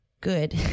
good